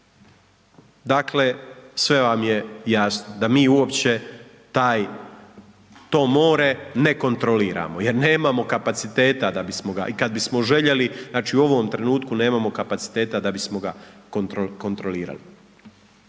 Dakle, sve vam je jasno da mi uopće taj, to more ne kontroliramo, jer nemamo kapaciteta da bismo ga i kad bismo željeli, znači u ovom trenutku nemamo kapaciteta da bismo ga kontrolirali.